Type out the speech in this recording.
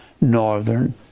northern